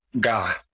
God